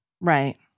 Right